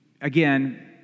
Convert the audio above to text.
Again